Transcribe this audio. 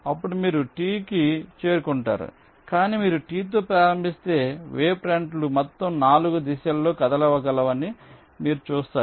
అప్పుడు మీరు T కి చేరుకుంటారు కానీ మీరు T తో ప్రారంభిస్తే వేవ్ ఫ్రంట్లు మొత్తం 4 దిశల్లో కదలగలవని మీరు చూస్తారు